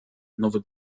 nowy